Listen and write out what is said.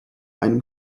einem